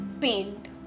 paint